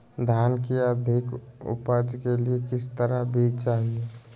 धान की अधिक उपज के लिए किस तरह बीज चाहिए?